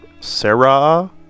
Sarah